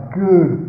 good